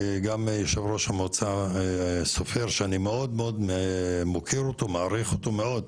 גם יושב הראש המועצה סופר שאני מאוד מאוד מוקיר אותו ומעריך אותו מאוד,